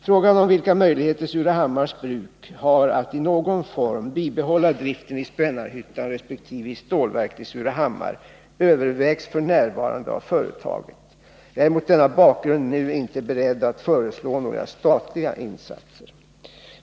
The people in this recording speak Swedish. Frågan om vilka möjligheter Surahammars Bruk har att i någon form bibehålla driften i Spännarhyttan resp. i stålverket i Surahammar övervägs f. n. av företaget. Jag är mot denna bakgrund nu inte beredd att föreslå några statliga insatser.